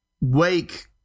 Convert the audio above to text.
wake